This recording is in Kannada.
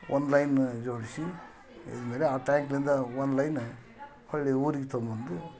ಒಂದು ಲೈನ ಜೋಡಿಸಿ ಆದ್ಮೇಲೆ ಆ ಟ್ಯಾಂಕ್ನಿಂದ ಒಂದು ಲೈನ್ ಹೊರ್ಳಿ ಊರಿಗೆ ತೊಗಂಬಂದು